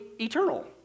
eternal